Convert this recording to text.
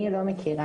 אני לא מכירה